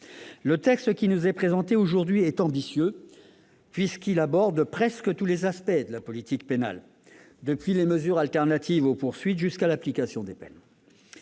Le texte qui nous est présenté aujourd'hui est ambitieux, puisqu'il aborde presque tous les aspects de la politique pénale, depuis les mesures alternatives aux poursuites jusqu'à l'application des peines.